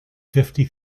fifty